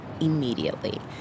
immediately